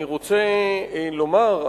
אני רוצה לומר,